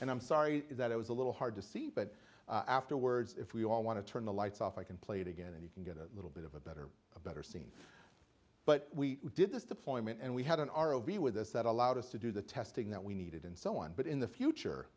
and i'm sorry that it was a little hard to see but afterwards if we all want to turn the lights off i can play it again and you can get a little bit of a better a better scene but we did this deployment and we had an r o b with us that allowed us to do the testing that we needed and so on but in the future